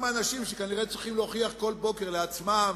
אנשים שכנראה צריכים להוכיח כל בוקר לעצמם,